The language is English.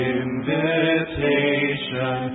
invitation